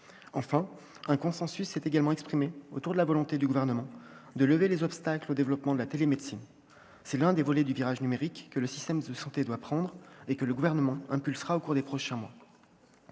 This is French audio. Enfin, un consensus s'est également exprimé autour de la volonté du Gouvernement de lever les obstacles au développement de la télémédecine. C'est l'un des volets du virage numérique que le système de santé doit prendre et que le Gouvernement impulsera au cours des prochains mois.